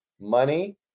money